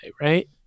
right